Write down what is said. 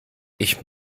ich